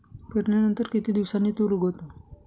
पेरणीनंतर किती दिवसांनी तूर उगवतो?